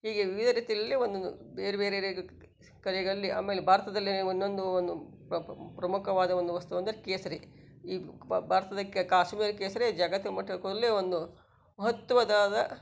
ಹೀಗೆ ವಿವಿಧ ರೀತಿಯಲ್ಲಿ ಒಂದೊಂದು ಬೇರೆ ಬೇರೆ ಕಡೆಗಳಲ್ಲಿ ಆಮೇಲೆ ಭಾರತದಲ್ಲಿ ಒಂದೊಂದು ಒಂದು ಪ್ರಮುಖವಾದ ಒಂದು ವಸ್ತುವೆಂದರೆ ಕೇಸರಿ ಈ ಭಾರತದ ಕಾಶ್ಮೀರದ ಕೇಸರಿ ಜಾಗತಿಕ ಮಟ್ಟದಲ್ಲಿ ಕು ಒಂದು ಮಹತ್ವದ್ದಾದ